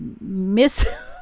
miss